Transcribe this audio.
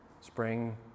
spring